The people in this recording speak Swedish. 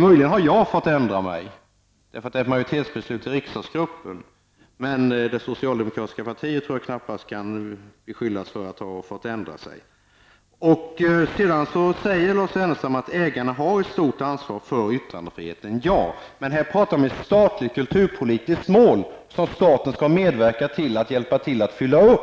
Möjligen har jag fått ändra mig, eftersom det är ett majoritetsbeslut i riksdagsgruppen, men jag tror knappast det socialdemokratiska partiet kan beskyllas för att ha fått ändra sig. Lars Ernestam säger att ägarna har ett stort ansvar för yttrandefriheten. Ja, men här talar vi om ett statligt kulturpolitiskt mål som staten skall medverka till att uppfylla.